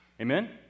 Amen